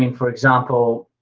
for example,